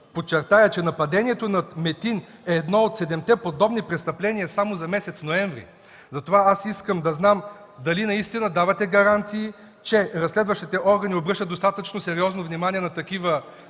подчертая, че нападението над Метин е едно от седемте подобни престъпления само за месец ноември, затова аз искам да знам дали наистина давате гаранции, че разследващите органи обръщат достатъчно сериозно внимание на такива